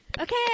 Okay